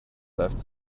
left